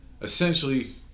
essentially